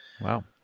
Wow